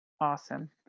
Awesome